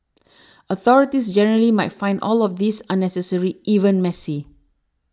authorities generally might find all of this unnecessary even messy